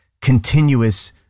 continuous